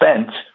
spent